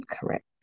correct